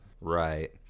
Right